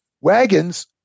wagons